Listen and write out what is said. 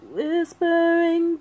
Whispering